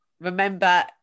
remember